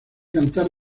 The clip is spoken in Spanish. cantar